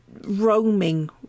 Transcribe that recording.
Roaming